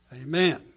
Amen